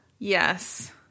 Yes